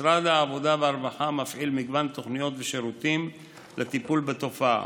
משרד העבודה והרווחה מפעיל מגוון תוכניות ושירותים לטיפול בתופעה.